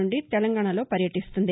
నుండి తెలంగాణలో పర్యటిస్తుంది